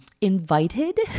invited